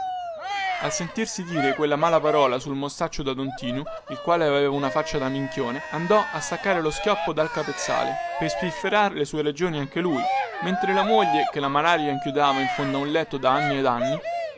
al sentirsi dire quella mala parola sul mostaccio da don tinu il quale aveva una faccia di minchione andò a staccare lo schioppo dal capezzale per spifferar le sue ragioni anche lui mentre la moglie che la malaria inchiodava in fondo a un letto da anni ed anni